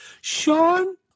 Sean